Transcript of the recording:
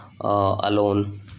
alone